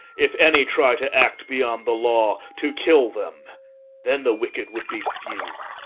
if any try to act beyond the law, to kill them then the wicked would be few.